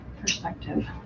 perspective